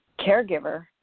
caregiver